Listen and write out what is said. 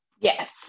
Yes